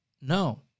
no